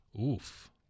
oof